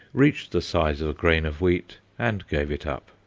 reached the size of a grain of wheat, and gave it up.